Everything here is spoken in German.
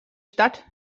stadt